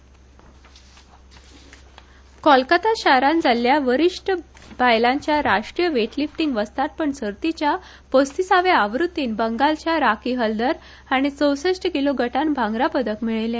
वेटलिफ्टिंग कोलकाता शारात जाल्ल्या वरिष्ट बायलांच्या राष्ट्रीय वेटलिफ्टिंग वस्तादपण सर्तीच्या पस्तीसाव्या आव्रत्तीत बंगालच्या राखी हलदर हिणे चौसष्ट किलो गटात भांगरा पदक मेळयले